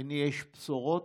איני איש בשורות.